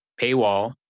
paywall